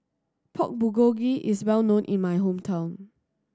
Pork Bulgogi is well known in my hometown